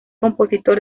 compositor